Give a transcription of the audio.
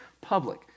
public